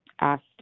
asked